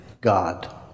God